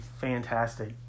fantastic